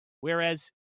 Whereas